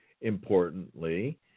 importantly